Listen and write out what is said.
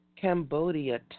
Cambodia